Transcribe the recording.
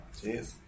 Cheers